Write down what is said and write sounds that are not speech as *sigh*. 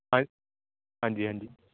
*unintelligible* ਹਾਂਜੀ ਹਾਂਜੀ